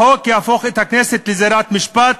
החוק יהפוך את הכנסת לזירת משפט,